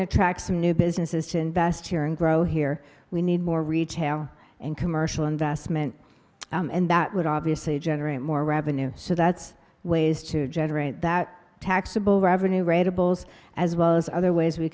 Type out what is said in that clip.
to attract some new businesses to invest here and grow here we need more retail and commercial investment and that would obviously generate more revenue so that's ways to generate that taxable revenue radicals as well as other ways we